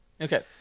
Okay